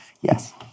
Yes